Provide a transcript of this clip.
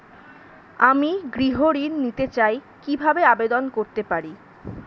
আমি গৃহ ঋণ নিতে চাই কিভাবে আবেদন করতে পারি?